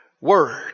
word